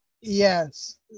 yes